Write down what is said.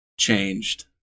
changed